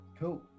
Cool